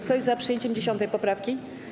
Kto jest za przyjęciem 10. poprawki?